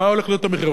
מה הולך להיות המחיר.